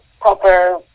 proper